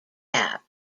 gap